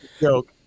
joke